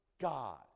God